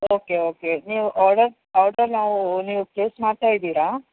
okay okay ನೀವು order order ನಾವು ನೀವು ಪ್ಲೇಸ್ ಮಾಡ್ತಾ ಇದ್ದೀರಾ